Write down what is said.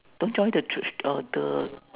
don't join the church uh the